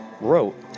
wrote